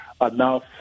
enough